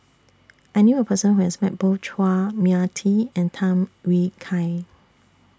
I knew A Person Who has Met Both Chua Mia Tee and Tham Yui Kai